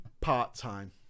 part-time